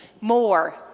more